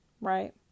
Right